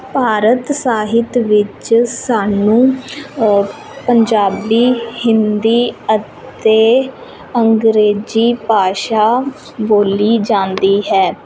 ਭਾਰਤ ਸਾਹਿਤ ਵਿੱਚ ਸਾਨੂੰ ਪੰਜਾਬੀ ਹਿੰਦੀ ਅਤੇ ਅੰਗਰੇਜ਼ੀ ਭਾਸ਼ਾ ਬੋਲੀ ਜਾਂਦੀ ਹੈ